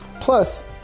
Plus